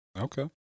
Okay